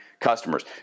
customers